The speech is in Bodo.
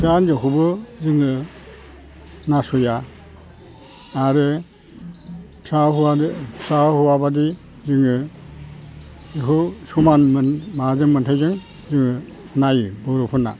फिसा हिनजावखौबो जोङो नासया आरो फिसा हौवानो फिसा हौवा बायदि जोङो बेखौ समान मोनथायजों जोङो नायो बर'फोराना